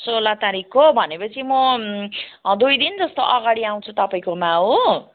सोह्र तारिकको भनेपछि म दुई दिन जस्तो अगाडि आउँछु तपाईँकोमा हो